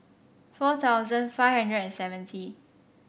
four thousand five hundred and seventy